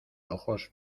ojos